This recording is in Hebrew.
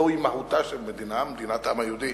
זוהי מהותה של מדינה: מדינת העם היהודי.